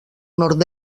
nord